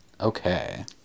Okay